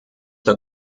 der